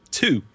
two